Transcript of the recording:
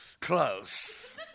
close